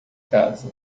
casa